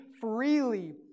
freely